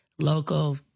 Local